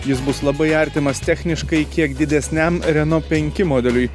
jis bus labai artimas techniškai kiek didesniam reno penki modeliui